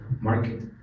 market